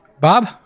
Bob